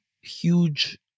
huge